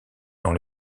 dans